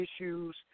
issues